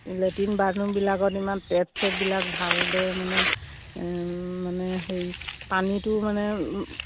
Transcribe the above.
latrine বাথৰুমবিলাকত ইমান tap চেপবিলাক ভালদৰে মানে মানে হেৰি পানীটো মানে